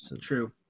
True